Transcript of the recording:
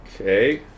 Okay